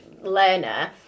learner